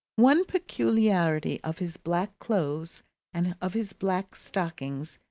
one peculiarity of his black clothes and of his black stockings,